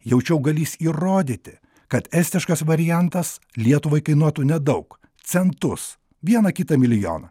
jaučiau galįs įrodyti kad estiškas variantas lietuvai kainuotų nedaug centus vieną kitą milijoną